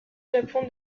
japon